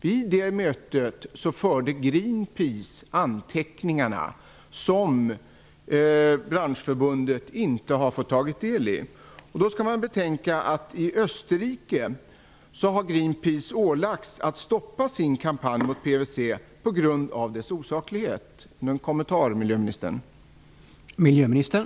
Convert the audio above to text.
Vid mötet gjorde Greenpeaces representant anteckningar, som branschförbunden inte fått ta del av. I Österrike har Greenpeace ålagts att stoppa sin kampanj mot PVC på grund av dess osaklighet. Kan jag få någon kommentar från miljöministern?